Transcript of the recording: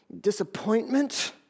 disappointment